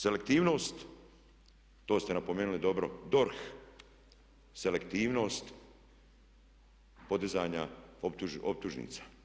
Selektivnost, to ste napomenuli dobro, DORH, selektivnost podizanja optužnica.